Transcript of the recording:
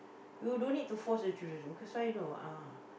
you don't need to force the children because why you know ah